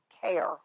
care